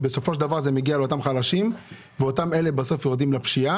כי בסופו של דבר זה מגיע לאותם חלשים ואותם אלה בסוף יורדים לפשיעה